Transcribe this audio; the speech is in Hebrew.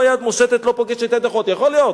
יד מושטת/ לא פוגשת יד אחות?" יכול להיות